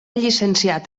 llicenciat